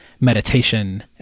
meditation